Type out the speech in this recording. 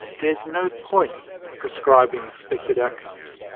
there is no point prescribing expected outcomes.